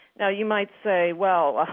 now you might say, well,